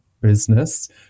business